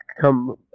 come